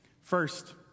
First